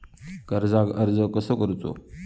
कर्जाक अर्ज कसो करूचो?